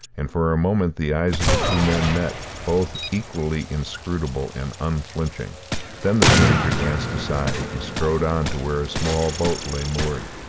and for a moment the eyes of the two men met, both equally inscrutable and unflinching then the stranger glanced aside and strode on to where a small boat lay moored.